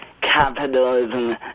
capitalism